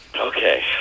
Okay